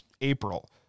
April